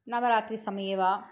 नवरात्रि समये वा